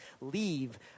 leave